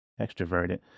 extroverted